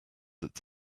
its